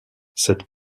cette